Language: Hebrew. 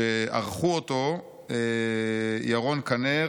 שערכו אותו ירון קנר,